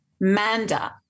manda